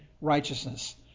righteousness